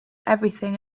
everything